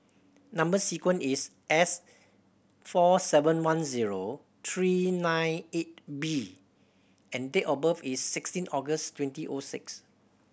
number sequence is S four seven one zero three nine eight B and date of birth is sixteen August twenty O six